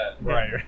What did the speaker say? Right